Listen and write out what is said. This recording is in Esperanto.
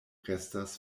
restas